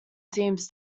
seems